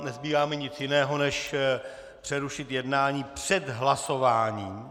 Nezbývá mi nic jiného než přerušit jednání před hlasováním.